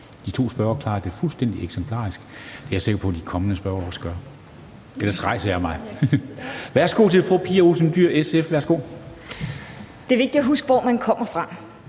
de to spørgere klaret det fuldstændig eksemplarisk. Det er jeg sikker på at de kommende spørgere også gør. Ellers rejser jeg mig. Værsgo til fru Pia Olsen Dyhr, SF. Kl. 13:20 Spm. nr. US 59 Pia Olsen Dyhr (SF): Det er